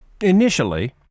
Initially